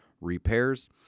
repairs